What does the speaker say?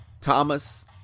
Thomas